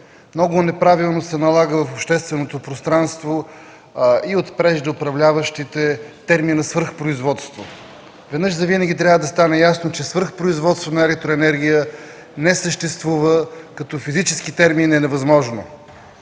Много неправилно се налага в общественото пространство, и от преждеуправляващите, термина „свръхпроизводство”. Веднъж завинаги трябва да стане ясно, че свръхпроизводство на електроенергия не съществува, като физически термин е невъзможно.